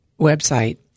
website